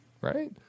right